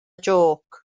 jôc